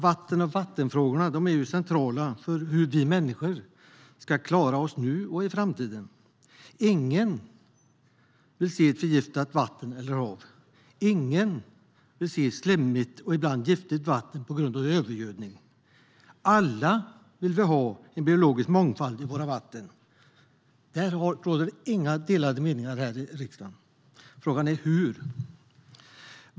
Vatten och vattenfrågor är centrala för hur vi människor ska klara oss nu och i framtiden. Ingen vill se ett förgiftat vatten eller hav. Ingen vill se slemmigt och ibland giftigt vatten på grund av övergödning. Alla vill vi ha en biologisk mångfald i våra vatten. Här råder det inga delade meningar i riksdagen. Frågan gäller hur.